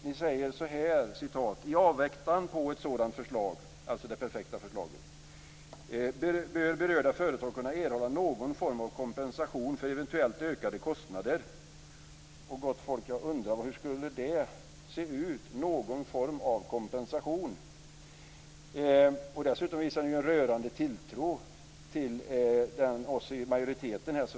Ni säger: "I avvaktan på ett sådant förslag bör berörda företag kunna erhålla någon form av kompensation för eventuellt ökade kostnader." Gott folk, jag undrar hur någon form av kompensation skulle se ut. Dessutom visar det en rörande tilltro till oss i majoriteten.